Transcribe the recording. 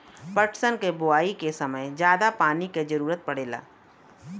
पटसन क बोआई के समय जादा पानी क जरूरत पड़ेला